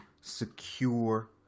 secure